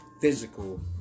physical